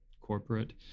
corporate